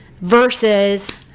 versus